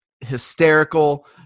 hysterical